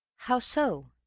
how so?